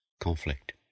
conflict